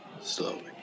slowly